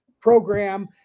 program